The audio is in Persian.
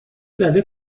زده